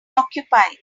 occupied